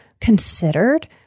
considered